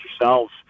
yourselves